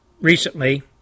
recently